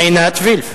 עינת וילף.